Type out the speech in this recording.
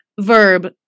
verb